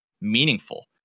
meaningful